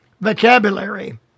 vocabulary